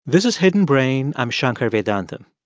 this is hidden brain. i'm shankar vedantam.